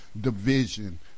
division